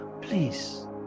please